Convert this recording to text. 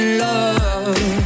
love